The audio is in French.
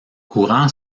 courant